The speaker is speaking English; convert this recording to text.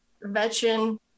veteran